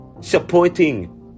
supporting